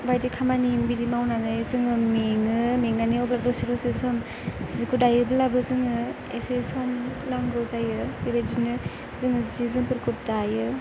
बायदि खामानि बिदि मावनानै जोङो मेङो मेंनानै अब्ला दसे दसे सम सिखौ दायोब्लाबो जोङो एसे सम नांगौ जायो बेबायदिनो जोङो सि जोमफोरखौ दायो